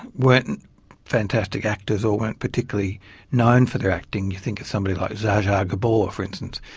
weren't fantastic actors or weren't particularly known for their acting. you think of somebody like zsa zsa gabor for instance,